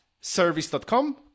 service.com